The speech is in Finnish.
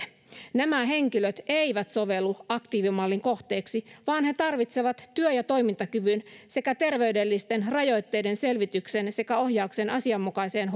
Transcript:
nämä henkilöt eivät sovellu aktiivimallin kohteeksi vaan he tarvitsevat työ ja toimintakyvyn sekä terveydellisten rajoitteiden selvityksen sekä ohjauksen asianmukaiseen